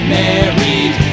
married